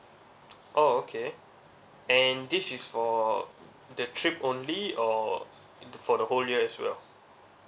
oh okay and this is for the trip only or for the whole year as well